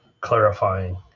clarifying